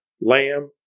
lamb